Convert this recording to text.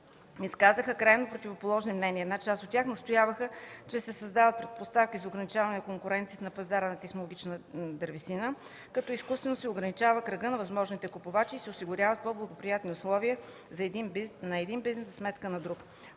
изказаха крайно противоположни мнения. Една част от тях настояваха, че се създават предпоставки за ограничаване на конкуренцията на пазара на технологична дървесина, като изкуствено се ограничава кръгът на възможните купувачи и се осигуряват по-благоприятни условия за един бизнес за сметка на друг.